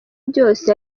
byose